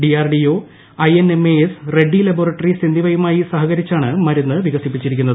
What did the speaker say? DRDO I N M A S Reddy's laboratories എന്നിവയുമായി സഹകരിച്ചാണ് മരുന്ന് വികസിപ്പിച്ചിരിക്കുന്നത്